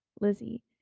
Lizzie